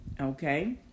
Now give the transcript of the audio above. Okay